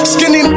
Skinny